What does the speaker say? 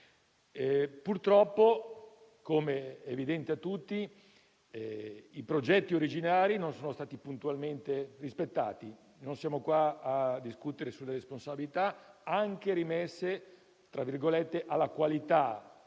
Purtroppo, come è evidente a tutti, i progetti originari non sono stati puntualmente rispettati. Non siamo qui per discutere sulle responsabilità, anche rimesse - per